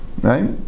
right